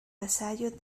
vasallo